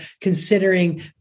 considering